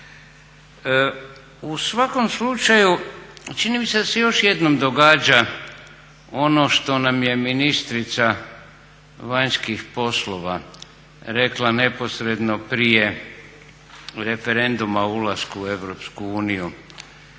U svakom slučaju čini mi se da se još jednom događa ono što nam je ministrica vanjskih poslova rekla neposredno prije referenduma o ulasku u EU,